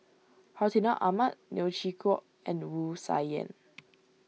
Hartinah Ahmad Neo Chwee Kok and Wu Tsai Yen